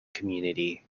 community